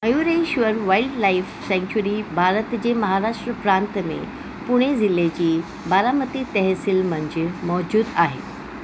मयूरेश्वरु wild लाइफ़ु sanctuary Bharat जे महाराष्ट्र प्रांत में पुणे ज़िले जी बारामती तहसील मंझि मौजूदु आहे